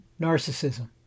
narcissism